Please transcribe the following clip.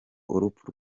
urupfu